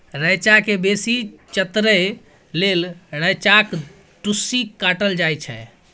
रैंचा केँ बेसी चतरै लेल रैंचाक टुस्सी काटल जाइ छै